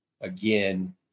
again